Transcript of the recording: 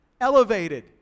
Elevated